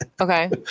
Okay